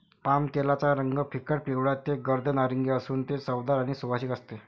पामतेलाचा रंग फिकट पिवळा ते गर्द नारिंगी असून ते चवदार व सुवासिक असते